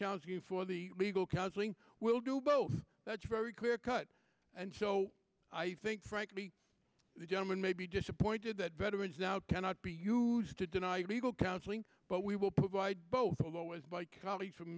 counseling for the legal counseling will do both that's very clear cut and so i think frankly the gentleman may be disappointed that veterans now cannot be used to deny legal counseling but we will provide both will always by colleagues from